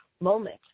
moment